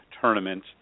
tournament